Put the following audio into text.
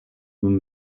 than